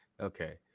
okay